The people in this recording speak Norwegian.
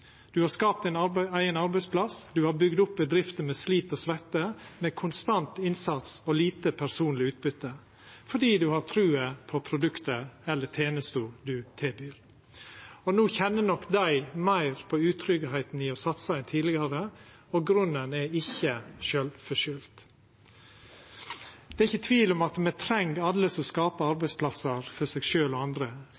har skapt sin eigen arbeidsplass, ein har bygd opp bedrifter med slit og sveitte, med konstant innsats og lite personleg utbyte fordi ein har trua på produktet eller tenesta ein tilbyr. No kjenner nok desse meir på utryggleiken ved å satsa enn tidlegare, og grunnen er ikkje sjølvforskyld. Det er ikkje tvil om at me treng alle som skapar